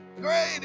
Great